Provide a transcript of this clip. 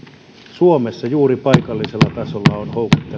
suomessa juuri paikallisella tasolla on